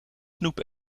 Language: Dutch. snoep